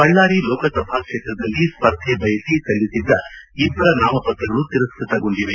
ಬಳ್ಳಾರಿ ಲೋಕಸಭಾ ಕ್ಷೇತ್ರದಲ್ಲಿ ಸ್ಪರ್ಧೆ ಬಯಸಿ ಸಲ್ಲಿಸಿದ್ದ ಇಬ್ಬರ ನಾಮ ಪತ್ರಗಳು ತಿರಸ್ಟತಗೊಂಡಿದೆ